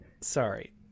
sorry